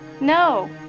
No